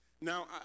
Now